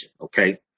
Okay